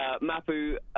Mapu